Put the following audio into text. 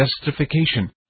justification